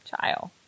Child